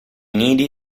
nidi